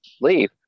leave